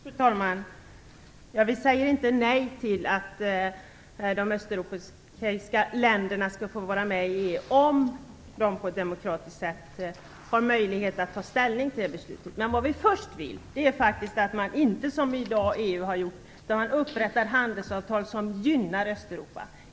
Fru talman! Vi säger inte nej till att de östeuropeiska länderna skall få vara med i EU om de på ett demokratiskt sätt har möjlighet att ta ställning till beslutet. Vad vi inte vill är att EU som i dag upprättar handelsavtal som gynnar Östeuropa.